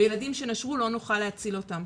וילדים שנשרו לא נוכל להציל אותם.